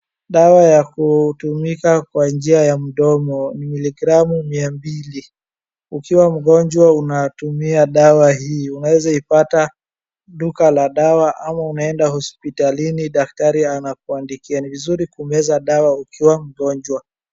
Dawa ya kutumika kwa njia ya mdomo miligramu miambili. Ukiwa mgonjwa unatumia dawa hii. Unaeza ipata duka la dawa ama unaenda hospitalini daktari anakuandikia. Ni vizuri kumeza dawa ukiwa mgonjwa.